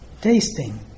Tasting